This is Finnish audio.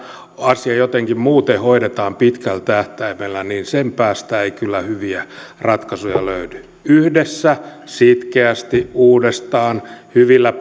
asia jotenkin muuten hoidetaan pitkällä tähtäimellä niin sen päästä ei kyllä hyviä ratkaisuja löydy vaan yhdessä toimien sitkeästi uudestaan hyvillä